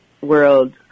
world